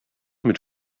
mit